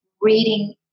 reading